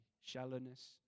shallowness